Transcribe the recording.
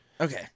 Okay